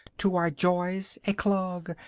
to our joys a clog,